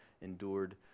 endured